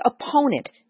opponent